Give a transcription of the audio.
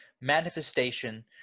manifestation